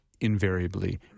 invariably